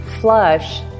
flush